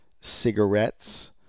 cigarettes